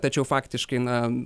tačiau faktiškai na